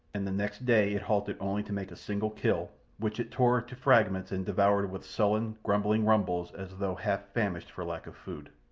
and the next day it halted only to make a single kill, which it tore to fragments and devoured with sullen, grumbling rumbles as though half famished for lack of food.